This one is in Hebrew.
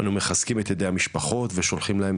אנו מחזקים את ידי המשפחות ושולחים להם